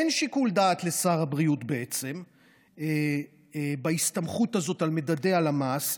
בעצם אין שיקול דעת לשר הבריאות בהסתמכות הזאת על מדדי הלמ"ס.